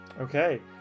Okay